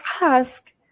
ask